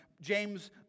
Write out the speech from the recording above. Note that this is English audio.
James